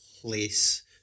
place